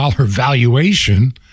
valuation